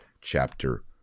Chapter